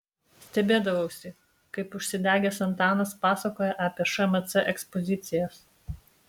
stebėdavausi kaip užsidegęs antanas pasakoja apie šmc ekspozicijas